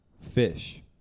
fish